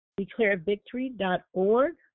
DeclareVictory.org